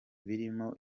birimo